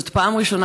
זאת פעם ראשונה